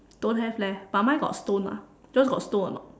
don't have leh but mine got stone ah yours got stone or not